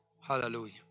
hallelujah